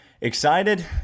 excited